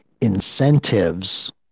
incentives